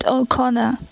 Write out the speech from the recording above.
O'Connor